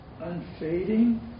unfading